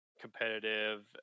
competitive